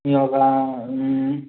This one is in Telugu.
ఈ లోపల